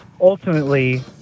Ultimately